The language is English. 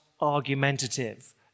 argumentative